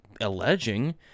alleging